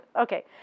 Okay